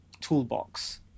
toolbox